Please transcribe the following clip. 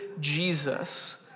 Jesus